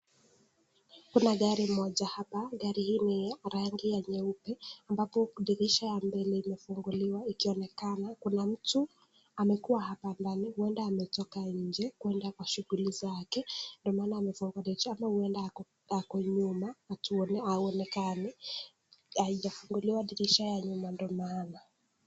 Kuna gari moja hapa. Gari hili ni la rangi nyeupe ambapo dirisha ya mbele imefunguliwa ikionekana kuna mtu amekuwa hapa ndani huenda ametoka nje kuenda kwa shughuli zake ndio maana amefungua dirisha ama huenda ako nyuma akiwa haonekani. Haijafunguliwa dirisha ya nyuma ndio maana.